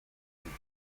ditut